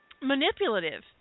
manipulative